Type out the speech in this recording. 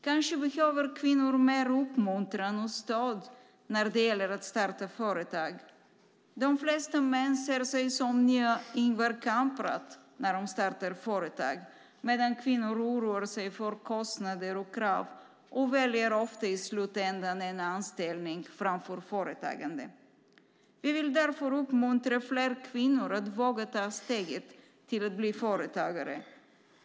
Kanske behöver kvinnor mer uppmuntran och stöd när det gäller att starta företag. De flesta män ser sig själva som nya Ingvar Kamprad när de startar företag, medan kvinnor oroar sig för kostnader och krav och i slutändan ofta väljer en anställning framför företagande. Vi vill därför uppmuntra fler kvinnor att våga ta steget till att bli företagare.